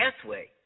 pathway